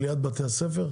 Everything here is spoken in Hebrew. ליד בתי הספר?